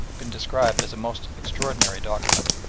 been described as a most extraordinary document.